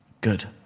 Good